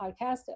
podcast